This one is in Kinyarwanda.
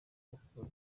agasuzuguro